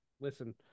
Listen